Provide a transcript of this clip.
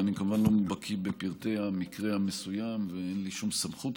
ואני כמובן לא בקי בפרטי המקרה המסוים ואין לי שום סמכות